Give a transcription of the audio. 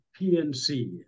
PNC